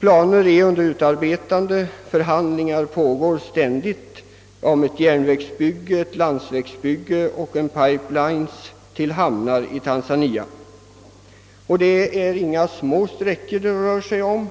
Planer är under utarbetande och förhandlingar pågår samtidigt om ett järnvägsbygge, ett landsvägsbygge och om anläggandet av pipelines till hamnar i Tanzania. Det är inga korta sträckor det rör sig om.